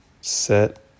set